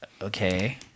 Okay